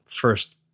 first